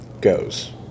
goes